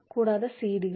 കൂടാതെ സിഡികൾ